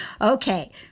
Okay